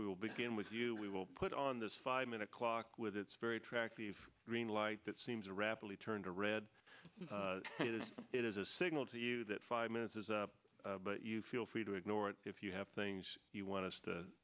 we will begin with you we will put on this five minute clock with its very attractive green light that seems to rapidly turn to read it as a signal to you that five minutes is up but you feel free to ignore it if you have things you want